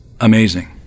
amazing